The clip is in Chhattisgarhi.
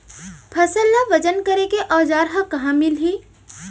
फसल ला वजन करे के औज़ार हा कहाँ मिलही?